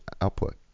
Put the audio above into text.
output